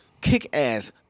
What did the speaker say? kick-ass